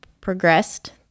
progressed